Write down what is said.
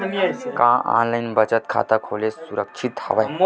का ऑनलाइन बचत खाता खोला सुरक्षित हवय?